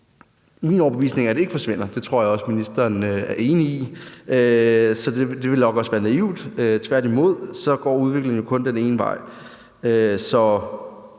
min overbevisning, at det ikke forsvinder. Det tror jeg også ministeren er enig i, og det ville nok også være naivt at forestille sig. Tværtimod går udviklingen jo kun den ene vej. Der